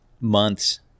months